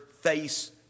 face